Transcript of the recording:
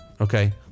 okay